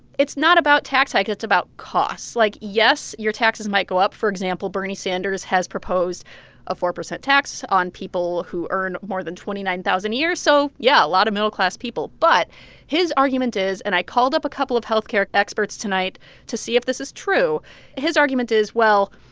it's not about tax hike, it's about costs. like, yes, your taxes might go up. for example, bernie sanders has proposed a four percent tax on people who earn more than twenty nine thousand dollars a year, so, yeah, a lot of middle-class people but his argument is and i called up a couple of health care experts tonight to see if this is true his argument is, well,